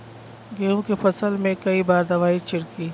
गेहूँ के फसल मे कई बार दवाई छिड़की?